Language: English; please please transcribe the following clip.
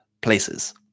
places